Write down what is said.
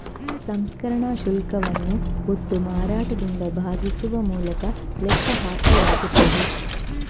ಸಂಸ್ಕರಣಾ ಶುಲ್ಕವನ್ನು ಒಟ್ಟು ಮಾರಾಟದಿಂದ ಭಾಗಿಸುವ ಮೂಲಕ ಲೆಕ್ಕ ಹಾಕಲಾಗುತ್ತದೆ